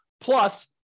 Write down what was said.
plus